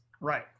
Right